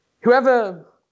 whoever